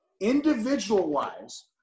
Individual-wise